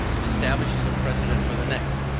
it establishes a precedent for the next,